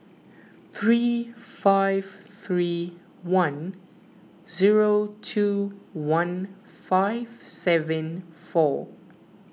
three five three one zero two one five seven four